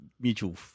mutual